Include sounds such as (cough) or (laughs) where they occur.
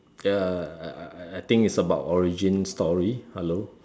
ya I think it's about origin story hello (laughs)